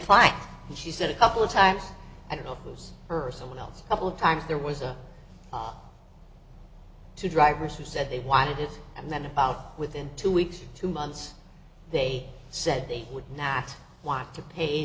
fine and she said a couple of times i don't know who's her someone else couple of times there was a two drivers who said they wanted it and then out within two weeks two months they said they would not want to pay